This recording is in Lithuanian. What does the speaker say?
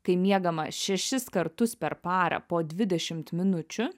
kai miegama šešis kartus per parą po dvidešimt minučių